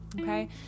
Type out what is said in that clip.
okay